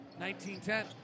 1910